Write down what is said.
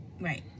Right